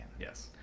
Yes